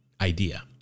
idea